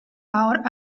out